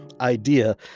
idea